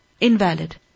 invalid